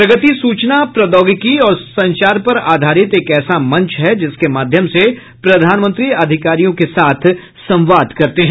प्रगति सूचना प्रौद्योगिकी और संचार पर आधारित एक ऐसा मंच है जिसके माध्यम से प्रधानमंत्री अधिकारियों के साथ संवाद करते हैं